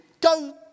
go